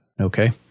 Okay